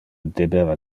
debeva